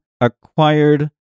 acquired